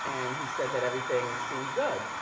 and he said that everything seemed good.